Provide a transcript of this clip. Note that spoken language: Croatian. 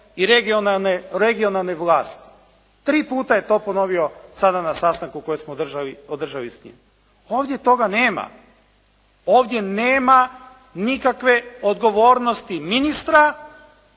i regionalne vlasti. Tri puta je to ponovio sada na sastanku koji smo održali s njim. Ovdje toga nema. Ovdje nema nikakve odgovornosti ministra,